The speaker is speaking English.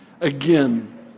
again